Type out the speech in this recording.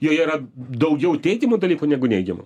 joje yra daugiau teigiamų dalykų negu neigiamų